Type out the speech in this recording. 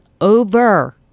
over